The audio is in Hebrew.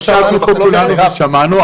ישבנו פה כולנו ושמענו,